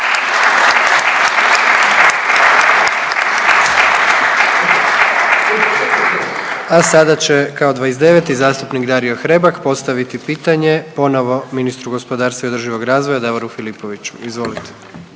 A sada će kao 29. zastupnik Dario Hrebak postaviti pitanje ponovo ministru gospodarstva i održivog razvoja Davoru Filipoviću. Izvolite.